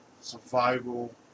survival